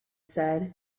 said